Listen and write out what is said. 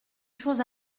chose